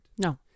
No